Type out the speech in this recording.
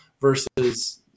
versus